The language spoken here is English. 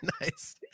Nice